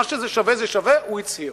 מה שזה שווה זה שווה, הוא הצהיר.